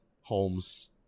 Holmes